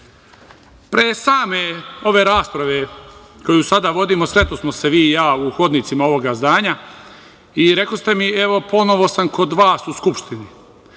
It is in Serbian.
same ove rasprave koju sada vodimo, sretosmo se vi i ja u hodnicima ovoga zdanja i rekoste mi – evo, ponovo sam kod vas u Skupštini.